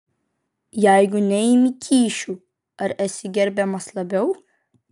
jeigu neimi kyšių ar esi gerbiamas labiau